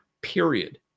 period